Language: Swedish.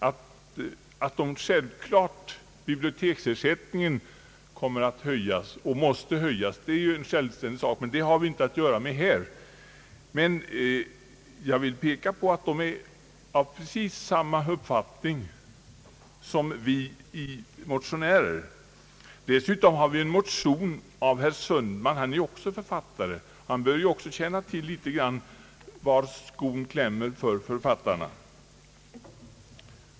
Att biblioteksersättningen självfallet måste höjas och även kommer att höjas är en sak för sig, som vi inte har att göra med här. Men dessa kulturarbetare är alltså av precis samma uppfattning som vi motionärer. Dessutom finns det ju en motion av herr Sundman som också är författare och som därför borde veta var skon klämmer för författarna.